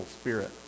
spirit